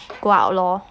go out lor